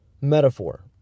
metaphor